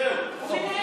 זהו.